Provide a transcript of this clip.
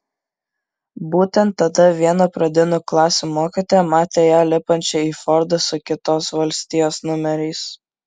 būtent tada viena pradinių klasių mokytoja matė ją lipančią į fordą su kitos valstijos numeriais